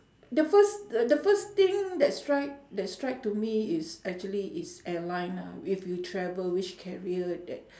the first the first thing that strike that strike to me is actually is airline ah if you travel which carrier that